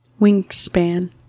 Wingspan